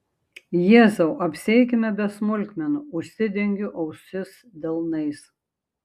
jėzau apsieikime be smulkmenų užsidengiu ausis delnais